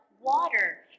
water